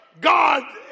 God